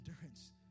endurance